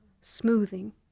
smoothing